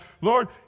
Lord